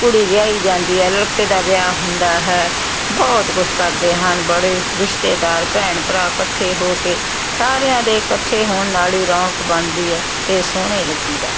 ਕੁੜੀ ਵਿਆਹੀ ਜਾਂਦੀ ਹੈ ਲੜਕੇ ਦਾ ਵਿਆਹ ਹੁੰਦਾ ਹੈ ਬਹੁਤ ਕੁਝ ਕਰਦੇ ਹਨ ਬੜੇ ਰਿਸ਼ਤੇਦਾਰ ਭੈਣ ਭਰਾ ਇਕੱਠੇ ਹੋ ਕੇ ਸਾਰਿਆਂ ਦੇ ਇਕੱਠੇ ਹੋਣ ਨਾਲ ਹੀ ਰੌਣਕ ਬਣਦੀ ਹੈ ਅਤੇ ਸੋਹਣੇ ਲੱਗੀ ਦਾ